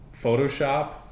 Photoshop